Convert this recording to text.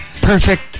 perfect